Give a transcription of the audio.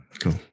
cool